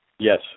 Yes